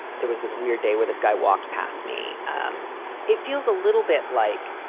there was this weird day where this guy walked past me. um it feels a little bit like.